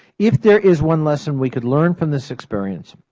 if there is one lesson we could learn from this experience,